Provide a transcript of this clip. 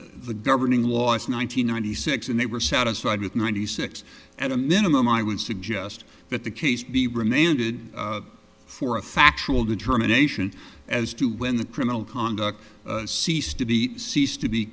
the governing laws nine hundred ninety six and they were satisfied with ninety six at a minimum i would suggest that the case be remanded for a factual determination as to when the criminal conduct ceased to be ceased to be